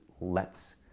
lets